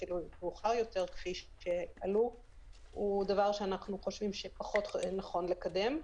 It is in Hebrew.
הוא דבר שאנחנו חושבים שפחות נכון לקדם.